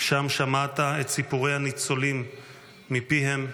שם שמעת את סיפורי הניצולים מפיהם,